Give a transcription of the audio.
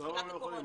למה הם לא יכולים?